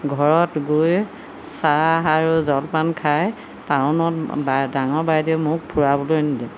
ঘৰত গৈ চাহ আৰু জলপান খাই টাউনত ডাঙৰ বাইদেৱে মোক ফুৰাবলৈ নিলে